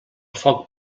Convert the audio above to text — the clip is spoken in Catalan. foc